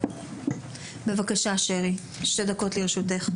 בבקשה, שתי דקות לרשותך.